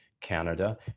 Canada